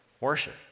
worship